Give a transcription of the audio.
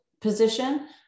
position